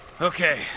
Okay